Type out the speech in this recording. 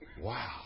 Wow